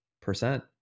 percent